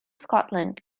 scotland